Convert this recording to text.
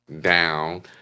down